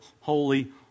holy